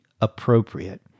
appropriate